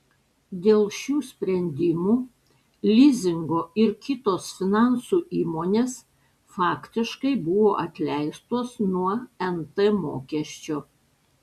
dėl šių sprendimų lizingo ir kitos finansų įmonės faktiškai buvo atleistos nuo nt mokesčio